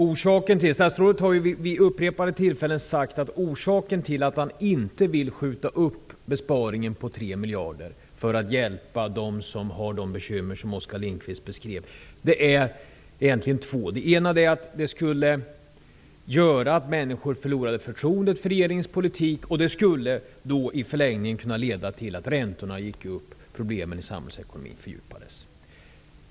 Fru talman! Statsrådet har vid upprepade tillfällen sagt att det finns två anledningar till att han inte vill skjuta upp besparingen på 3 miljarder kronor för att hjälpa dem som har de bekymmer som Oskar Lindkvist har beskrivit. En anledning är att människor skulle förlora förtroendet för regeringens politik. I förlängningen skulle räntorna gå upp och problemen i samhällsekonomin fördjupas.